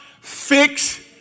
Fix